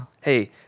Hey